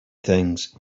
things